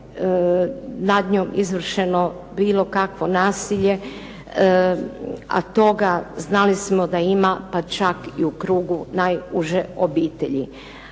nad njom izvršeno bilo kakvo nasilje, a toga znali smo da ima pa čak i u krugu najuže obitelji.